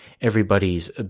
everybody's